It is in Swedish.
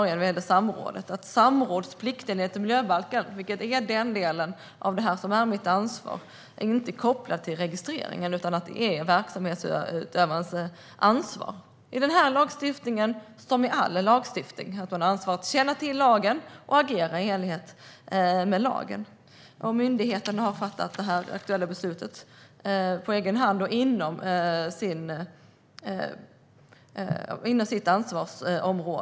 Jag vill upprepa att samrådsplikt enligt miljöbalken är den del som är mitt ansvar. Samrådet är inte kopplat till registreringen. Det är verksamhetsutövarens ansvar, i den här lagstiftningen som i all lagstiftning, att känna till lagen och agera i enlighet med den. Myndigheten har fattat det aktuella beslutet på egen hand och inom sitt ansvarsområde.